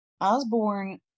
osborne